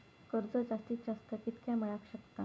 कर्ज जास्तीत जास्त कितक्या मेळाक शकता?